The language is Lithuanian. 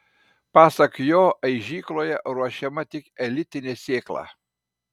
pasak jo aižykloje ruošiama tik elitinė sėkla